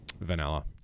Vanilla